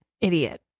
idiot